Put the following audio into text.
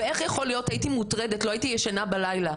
והייתי מוטרדת ולא הייתי ישנה בלילה.